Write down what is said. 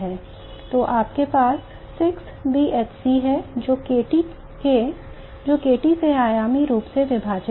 तो आपके पास 6B h c है जो k T से आयामी रूप से विभाजित है